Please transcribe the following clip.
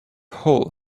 hole